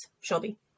Shelby